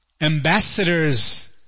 ambassadors